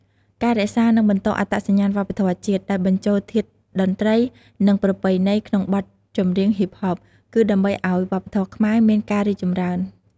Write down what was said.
ការរក្សា និងបន្តអត្តសញ្ញាណវប្បធម៌ជាតិ ដោយបញ្ចូលធាតុតន្ត្រី និងប្រពៃណីក្នុងបទចម្រៀងហ៊ីបហប គឺដើម្បីឲ្យវប្បធម៌ខ្មែរមានការរីកចម្រើន ។